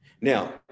Now